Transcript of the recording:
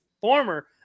former